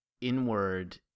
inward